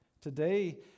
Today